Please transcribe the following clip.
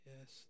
Yes